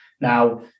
now